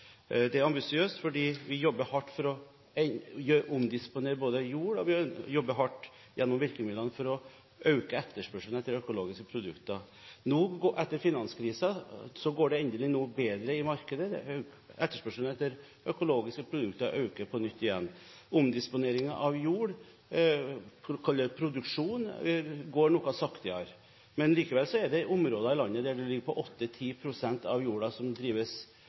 Det er ambisiøst både fordi vi jobber hardt for å omdisponere jord, og fordi vi jobber hardt gjennom virkemidlene for å øke etterspørselen etter økologiske produkter. Nå, etter finanskrisen, går det endelig noe bedre i markedet – etterspørselen etter økologiske produkter øker på nytt. Omdisponeringen av jord – kall det produksjon – går noe saktere. Likevel er det områder i landet der